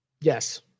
Yes